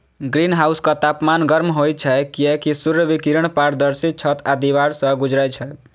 ग्रीनहाउसक तापमान गर्म होइ छै, कियैकि सूर्य विकिरण पारदर्शी छत आ दीवार सं गुजरै छै